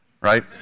Right